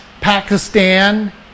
Pakistan